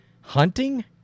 hunting